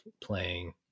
playing